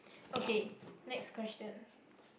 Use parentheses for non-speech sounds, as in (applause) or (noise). okay next question (breath)